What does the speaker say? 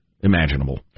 imaginable